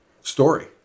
story